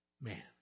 man